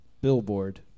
Billboard